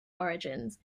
origins